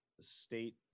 state